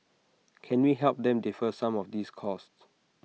can we help them defer some of these costs